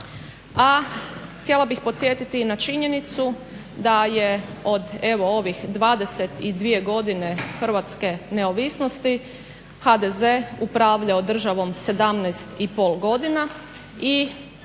a htjela bih podsjetiti i na činjenicu da je od, evo ovih 22 godine hrvatske neovisnosti HDZ upravljao državom 17 i pol godina i